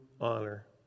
honor